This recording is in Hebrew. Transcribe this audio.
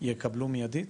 יקבלו מיידית?